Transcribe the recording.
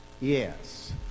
Yes